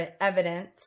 evidence